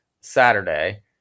Saturday